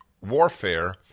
warfare